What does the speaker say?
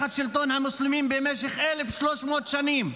המוסלמים במשך 1,300 שנים,